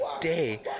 day